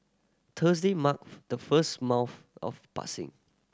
Thursday marked the first month of passing